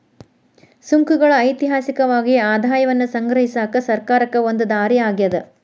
ಸುಂಕಗಳ ಐತಿಹಾಸಿಕವಾಗಿ ಆದಾಯವನ್ನ ಸಂಗ್ರಹಿಸಕ ಸರ್ಕಾರಕ್ಕ ಒಂದ ದಾರಿ ಆಗ್ಯಾದ